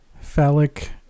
Phallic